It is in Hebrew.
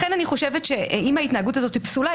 לכן אני חושבת שאם ההתנהגות הזאת היא פסולה,